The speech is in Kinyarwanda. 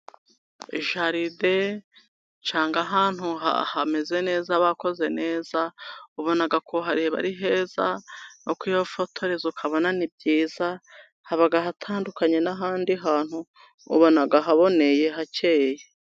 Jaride cyangwa ahantu hameze neza bakoze neza ubona kuhareba ari heza no kuhifotoreza ukabona ni byiza. Haba hatandukanye n'ahandi hantu ubona haboneye hacyeye.